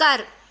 ਘਰ